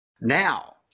Now